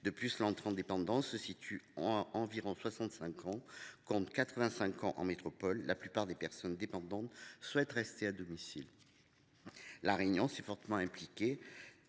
on entre en dépendance aux alentours de 65 ans, contre 85 ans en métropole, et la plupart des personnes dépendantes souhaitent rester à domicile. La Réunion s’est fortement impliquée